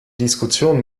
diskussion